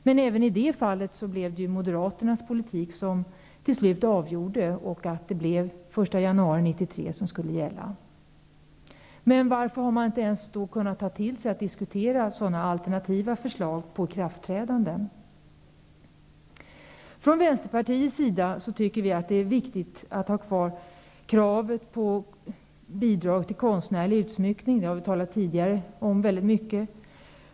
Men även i det fallet blev det Moderaternas politik som till slut avgjorde och som ledde till att det blev den 1 januari 1993 som skulle gälla. Men varför har man inte ens kunnat diskutera alternativa förslag när det gäller ikraftträdande? Vi från Vänsterpartiet tycker att det är viktigt att ha kvar kravet på bidrag till konstnärlig utsmyckning. Det har vi tidigare talat väldigt mycket om.